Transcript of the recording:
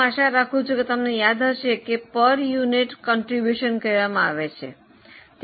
હું આશા રાખું છું કે તમને યાદ હશે કે તે પ્રતિ એકમ ફાળો કહેવામાં આવે છે